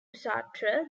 sartre